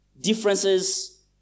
differences